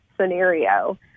scenario